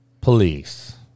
police